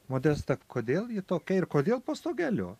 modesta kodėl ji tokia ir kodėl po stogeliu